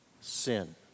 sin